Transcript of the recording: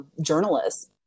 journalists